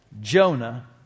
Jonah